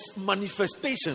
manifestation